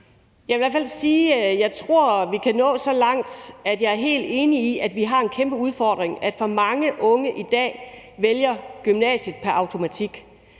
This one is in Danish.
jeg kan sige, at jeg er helt enig i, at vi har en kæmpe udfordring med, at for mange unge i dag vælger gymnasiet pr. automatik,